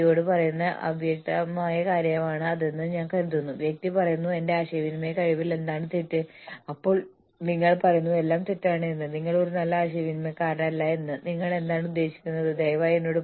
ഉൽപ്പാദനക്ഷമത കാര്യക്ഷമത പ്രതിബദ്ധത എന്നിവയാണ് പ്ലാന്റ് വൈഡ് പ്ലാനുകളുടെ ഗുണങ്ങൾ കൂടാതെ കുറഞ്ഞ പ്രകടനം നടത്തുന്നവരുടെ സംരക്ഷണമാണ് ദോഷങ്ങൾ